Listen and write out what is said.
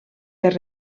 per